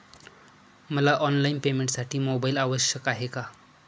मला ऑनलाईन पेमेंटसाठी मोबाईल आवश्यक आहे का?